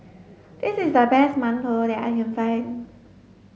this is the best mantou that I can find